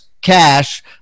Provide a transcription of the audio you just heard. cash